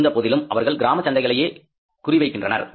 இருந்த போதிலும் அவர்கள் கிராமப்புற சந்தைகளையே குறிவைக்கின்றனர்